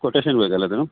quotation ಬೇಕಲ್ಲ ಅದು